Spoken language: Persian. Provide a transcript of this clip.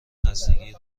خستگی